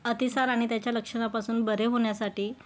अतिसार आणि त्याच्या लक्षणापासून बरे होण्यासाठी